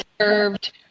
served